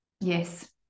Yes